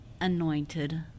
anointed